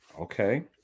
Okay